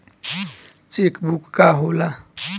Check book का होला?